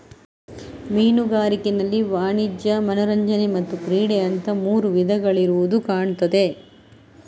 ಮೀನುಗಾರಿಕೆನಲ್ಲಿ ವಾಣಿಜ್ಯ, ಮನರಂಜನೆ ಮತ್ತೆ ಕ್ರೀಡೆ ಅಂತ ಮೂರು ವಿಧಗಳಿರುದು ಕಾಣ್ತದೆ